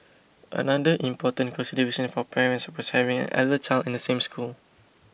another important consideration for parents was having elder child in the same school